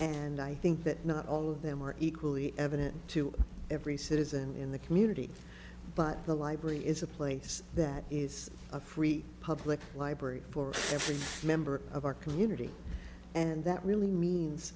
and i think that not all of them are equally evident to every citizen in the community but the library is a place that is a free public library for every member of our community and that really means